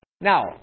Now